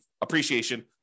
appreciation